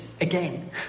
again